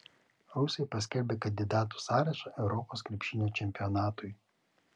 rusai paskelbė kandidatų sąrašą europos krepšinio čempionatui